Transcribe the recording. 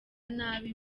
nabi